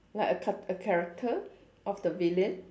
like a ch~ a character of the villain